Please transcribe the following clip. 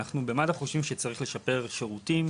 אנחנו במד"א חושבים שצריך לשפר שירותים,